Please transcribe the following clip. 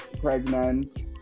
pregnant